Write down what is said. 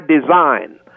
design